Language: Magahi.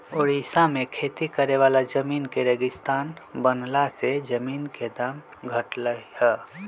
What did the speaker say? ओड़िशा में खेती करे वाला जमीन के रेगिस्तान बनला से जमीन के दाम घटलई ह